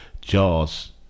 Jaws